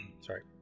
Sorry